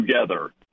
together